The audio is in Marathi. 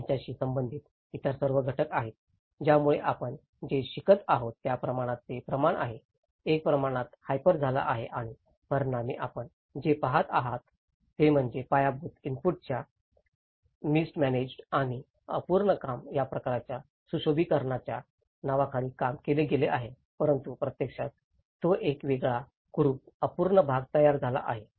त्याच्याशी संबंधित इतर सर्व घटक आहेत ज्यामुळे आपण जे शिकत आहोत त्या प्रमाणात हे प्रमाण आहे एक प्रमाणात हायपर झाला आहे आणि परिणामी आपण जे पहात आहोत ते म्हणजे पायाभूत इनपुटचा मिस्डम्यानेज आणि अपूर्ण काम या प्रकल्पाच्या सुशोभिकरणाच्या नावाखाली काम केले गेले आहे परंतु प्रत्यक्षात तो एक वेगळा कुरुप अपूर्ण भाग तयार झाला आहे